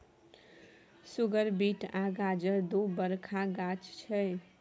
सुगर beet आ गाजर दु बरखा गाछ छै